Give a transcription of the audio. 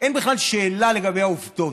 אין בכלל שאלה לגבי העובדות.